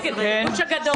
והיא מייצגת את הגוש הגדול.